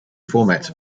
formats